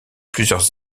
plusieurs